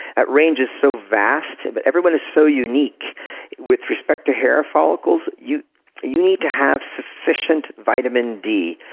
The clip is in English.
that range is so vast and but everyone is so unique with respect to hair follicles, you you need to have sufficient vitamin d.